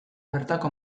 bertako